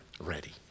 ready